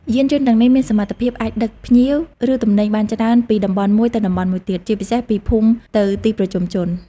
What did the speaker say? យានយន្តទាំងនេះមានសមត្ថភាពអាចដឹកភ្ញៀវ ឬទំនិញបានច្រើនពីតំបន់មួយទៅតំបន់មួយទៀត ជាពិសេសពីភូមិទៅទីប្រជុំជន។